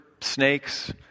snakes